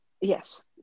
Yes